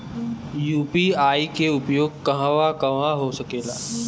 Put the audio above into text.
UPI के उपयोग कहवा कहवा हो सकेला?